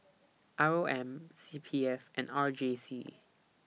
R O M C P F and R J C